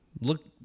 Look